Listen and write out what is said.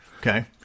Okay